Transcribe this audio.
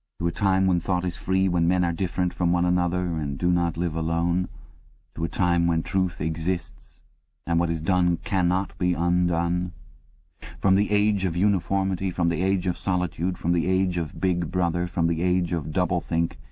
to a time when thought is free, when men are different from one another and do not live alone to a time when truth exists and what is done cannot be undone from the age of uniformity, from the age of solitude, from the age of big brother, from the age of doublethink